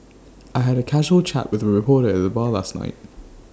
I had A casual chat with A reporter at the bar last night